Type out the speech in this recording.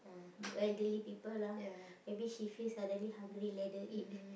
elderly people lah maybe she feels suddenly hungry let her eat